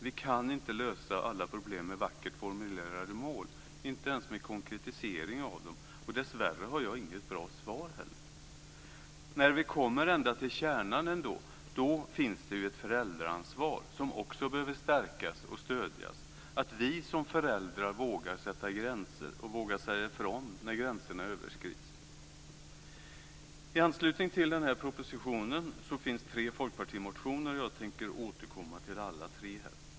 Vi kan inte lösa alla problem med vackert formulerade mål, inte ens med konkretisering av dem. Dessvärre har inte heller jag något bra svar. När vi kommer till kärnan finns det ändå ett föräldraansvar, som också behöver stärkas och stödjas. Vi måste som föräldrar våga sätta gränser och våga säga ifrån när gränserna överskrids. I anslutning till propositionen finns tre folkpartimotioner, och jag tänker återkomma till alla tre.